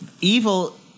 evil